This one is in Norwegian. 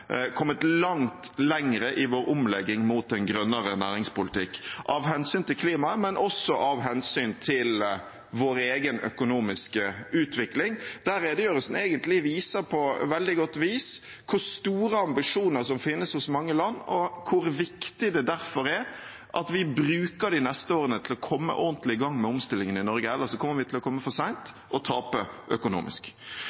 vår omlegging mot en grønnere næringspolitikk – av hensyn til klimaet, men også av hensyn til vår egen økonomiske utvikling. Redegjørelsen viser der egentlig veldig godt hvor store ambisjoner som finnes hos mange land, og hvor viktig det derfor er at vi bruker de neste årene til å komme ordentlig i gang med omstillingen i Norge. Ellers kommer vi til å komme for